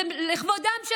זה לכבודם,